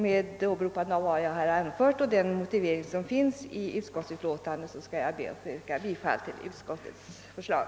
Med åberopande av vad jag här anfört och med den motivering som finns angiven i utskottsutlåtandet ber jag att få yrka bifall till utskottets förslag.